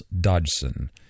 Dodgson